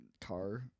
car